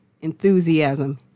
enthusiasm